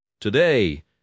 Today